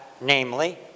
namely